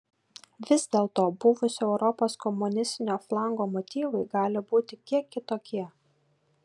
vis dėlto buvusio europos komunistinio flango motyvai gali būti kiek kitokie